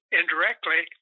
indirectly